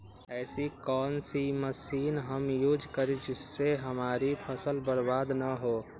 ऐसी कौन सी मशीन हम यूज करें जिससे हमारी फसल बर्बाद ना हो?